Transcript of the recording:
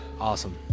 Awesome